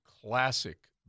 classic